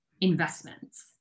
investments